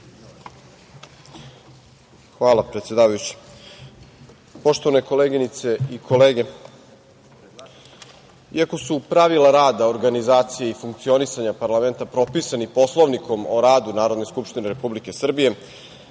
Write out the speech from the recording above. Hvala, predsedavajući. Poštovane koleginice i kolege, iako su pravila rada, organizacije i funkcionisanja parlamenta propisani Poslovnikom o radu Narodne skupštine Republike Srbije,